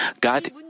God